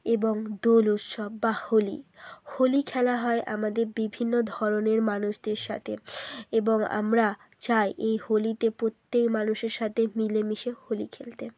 এবং দোল উৎসব বা হোলি হোলি খেলা হয় আমাদের বিভিন্ন ধরনের মানুষদের সাথে এবং আমরা চাই এই হোলিতে প্রত্যেক মানুষের সাথে মিলেমিশে হোলি খেলতে